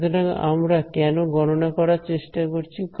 সুতরাং আমরা কেন গণনা করার চেষ্টা করছি